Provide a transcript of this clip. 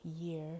year